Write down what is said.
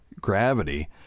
gravity